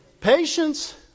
Patience